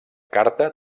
carta